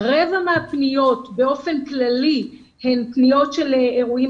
רבע מהפניות באופן כללי הן פניות של אירועים